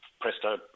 Presto